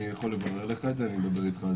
זה.